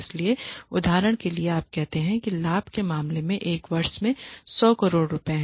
इसलिए उदाहरण के लिए आप कहते हैं कि लाभ के मामले में एक वर्ष में 100 करोड़ रुपये हैं